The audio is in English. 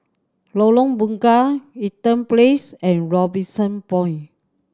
Lorong Bunga Eaton Place and Robinson Point